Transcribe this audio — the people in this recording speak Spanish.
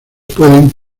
pueden